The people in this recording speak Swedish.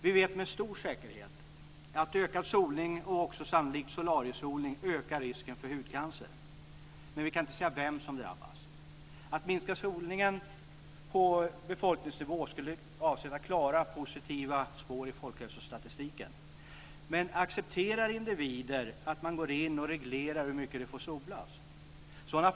Vi vet med stor säkerhet att ökad solning och sannolikt även solariesolning ökar risken för hudcancer, men vi kan inte säga vem som drabbas. Att minska solningen på befolkningsnivå skulle avsätta klara positiva spår i folkhälsostatistiken, men accepterar individer att man reglerar hur mycket de får sola?